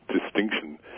distinction